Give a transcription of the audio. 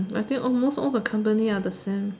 I think almost all the company is the same